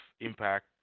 impact